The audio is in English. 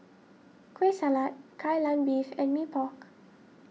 Kueh Salat Kai Lan Beef and Mee Pok